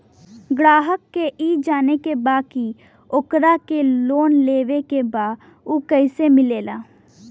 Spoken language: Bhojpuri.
ग्राहक के ई जाने के बा की ओकरा के लोन लेवे के बा ऊ कैसे मिलेला?